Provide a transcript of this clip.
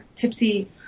tipsy